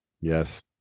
Yes